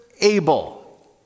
able